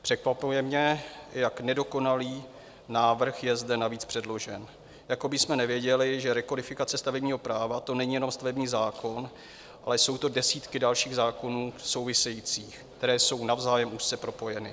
Překvapuje mě, jak nedokonalý návrh je zde navíc předložen, jako bychom nevěděli, že rekodifikace stavebního práva není jen stavební zákon, ale jsou to desítky dalších zákonů souvisejících, které jsou navzájem úzce propojeny.